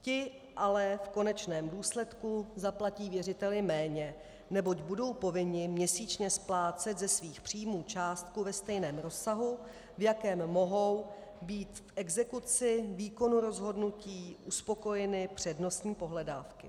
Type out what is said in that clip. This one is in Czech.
Ti ale v konečném důsledku zaplatí věřiteli méně, neboť budou povinni měsíčně splácet ze svých příjmů částku ve stejném rozsahu, v jakém mohou být v exekuci výkonu rozhodnutí uspokojeny přednostní pohledávky.